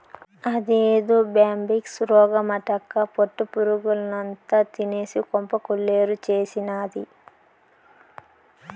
అదేదో బ్యాంబిక్స్ రోగమటక్కా పట్టు పురుగుల్నంతా తినేసి కొంప కొల్లేరు చేసినాది